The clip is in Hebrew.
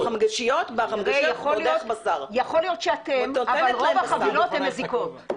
אלה שאת מחלקת להם את החבילות ביום שישי